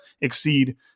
exceed